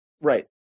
right